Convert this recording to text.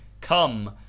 come